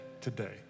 today